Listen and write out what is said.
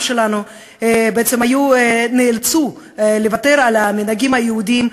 שלנו בעצם נאלצו לוותר על המנהגים היהודיים.